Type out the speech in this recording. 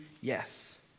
Yes